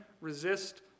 resist